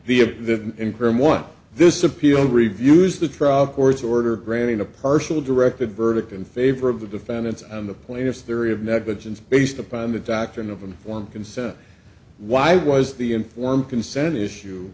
one this appeal reviews the trial court's order granting a partial directed verdict in favor of the defendants and the plaintiffs theory of negligence based upon the doctrine of informed consent why was the informed consent issue